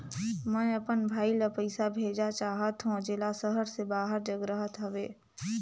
मैं अपन भाई ल पइसा भेजा चाहत हों, जेला शहर से बाहर जग रहत हवे